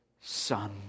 son